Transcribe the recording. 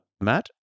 Matt